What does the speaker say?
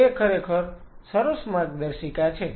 અને તે ખરેખર સરસ માર્ગદર્શિકા છે